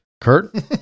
Kurt